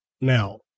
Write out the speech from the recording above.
now